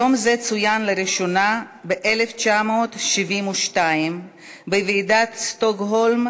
יום זה צוין לראשונה ב-1972 בוועידת שטוקהולם,